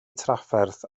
trafferth